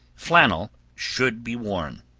flannel should be worn.